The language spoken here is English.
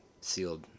sealed